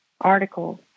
articles